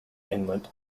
inlet